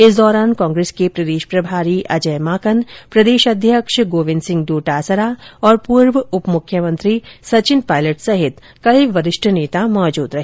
इस दौरान कांग्रेस के प्रदेश प्रभारी अजय माकन प्रदेश अध्यक्ष गोविन्द सिंह डोटासरा और पूर्व उप मुख्यमंत्री सचिन पायलट सहित कई वरिष्ठ नेता मौजूद रहे